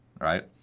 right